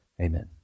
Amen